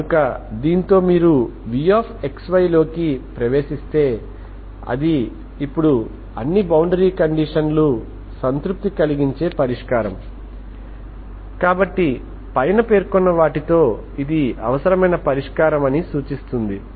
కనుక దీనితో మీరు vxyలోకి ప్రవేశిస్తే అది ఇప్పుడు ఇది అన్ని బౌండరీ కండిషన్ లు సంతృప్తి కలిగించే పరిష్కారం కాబట్టి పైన పేర్కొన్న వాటితో ఇది అవసరమైన పరిష్కారం అని సూచిస్తుంది